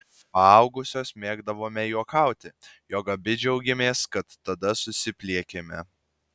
paaugusios mėgdavome juokauti jog abi džiaugiamės kad tada susipliekėme